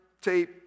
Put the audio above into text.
tape